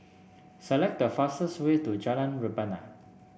select the fastest way to Jalan Rebana